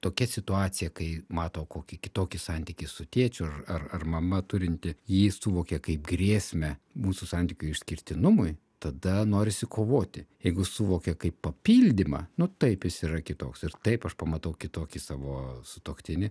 tokia situacija kai mato kokį kitokį santykį su tėčiu ar ar ar mama turintį jį suvokia kaip grėsmę mūsų santykių išskirtinumui tada norisi kovoti jeigu suvokia kaip papildymą nu taip jis yra kitoks ir taip aš pamatau kitokį savo sutuoktinį